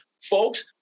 folks